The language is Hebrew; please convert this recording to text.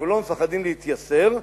אנחנו לא מפחדים להתייסר,